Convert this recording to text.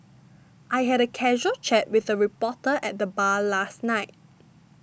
I had a casual chat with a reporter at the bar last night